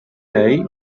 lei